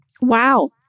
Wow